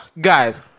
guys